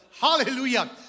Hallelujah